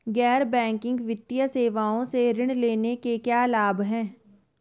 गैर बैंकिंग वित्तीय सेवाओं से ऋण लेने के क्या लाभ हैं?